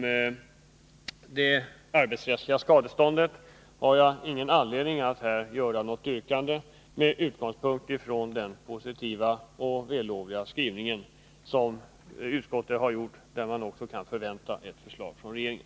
Beträffande frågan om det arbetsrättsliga skadeståndet har jag ingen anledning att här framställa något yrkande, med utgångspunkt i utskottets positiva och vällovliga skrivning, som inger förhoppningar om ett förslag från regeringen.